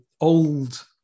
old